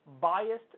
biased